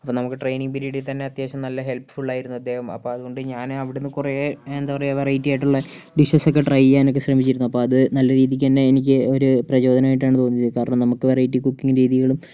അപ്പോൾ നമുക്ക് ട്രെയിനിങ് പിരീഡിൽ തന്നെ അത്യാവശ്യം നല്ല ഹെൽപ്പ്ഫുൾ ആയിരുന്നു അദ്ദേഹം അപ്പോൾ അതുകൊണ്ട് ഞാൻ അവിടുന്ന് കുറെ എന്താ പറയുക വെറൈറ്റി ആയിട്ടുള്ള ഡിഷസ് ഒക്കെ ട്രൈ ചെയ്യാനൊക്കെ ശ്രമിച്ചിരുന്നു അപ്പോൾ അത് നല്ല രീതിയ്ക്കുതന്നെ എനിക്ക് ഒരു പ്രചോദനമായിട്ടാണ് തോന്നിയത് കാരണം നമുക്ക് വെറൈറ്റി കുക്കിങ് രീതികളും